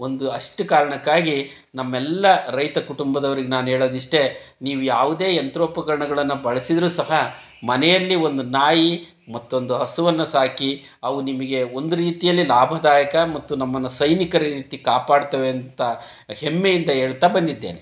ಒಂದು ಅಷ್ಟು ಕಾರಣಕ್ಕಾಗಿ ನಮ್ಮೆಲ್ಲ ರೈತ ಕುಟುಂಬದವ್ರಿಗೆ ನಾನು ಹೇಳೋದು ಇಷ್ಟೇ ನೀವು ಯಾವುದೇ ಯಂತ್ರೋಪಕರಣಗಳ್ನ ಬಳಸಿದ್ರೂ ಸಹ ಮನೆಯಲ್ಲಿ ಒಂದು ನಾಯಿ ಮತ್ತೊಂದು ಹಸುವನ್ನು ಸಾಕಿ ಅವು ನಿಮಗೆ ಒಂದು ರೀತಿಯಲ್ಲಿ ಲಾಭದಾಯಕ ಮತ್ತು ನಮ್ಮನ್ನು ಸೈನಿಕರ ರೀತಿ ಕಾಪಾಡ್ತವೆ ಅಂತ ಹೆಮ್ಮೆಯಿಂದ ಹೇಳ್ತಾ ಬಂದಿದ್ದೇನೆ